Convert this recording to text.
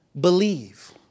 believe